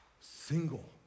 single